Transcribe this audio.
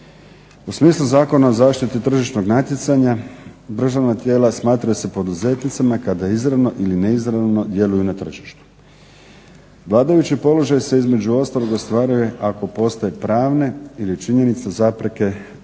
U smislu Zakona o zaštiti tržišnog natjecanja državna tijela smatraju se poduzetnicima kada izravno ili neizravno djeluju na tržištu. Vladajući položaj se između ostalog ostvaruje ako postoje pravne ili činjenica zapreke pristupa